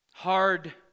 Hard